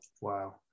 wow